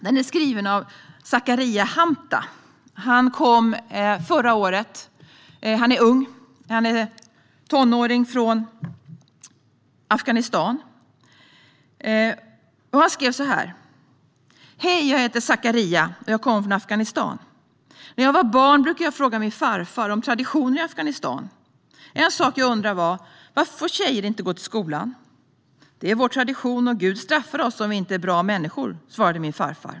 Den är skriven av Zakaria Hamta. Han är en tonåring som förra året kom från Afghanistan. När han var barn brukade han fråga sin farfar om traditioner i Afghanistan. En sak han undrade var varför tjejer inte fick gå till skolan. "Det är vår tradition", svarade hans farfar och förklarade att Gud straffar dem om de inte är bra människor.